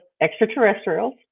extraterrestrials